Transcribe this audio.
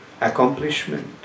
accomplishment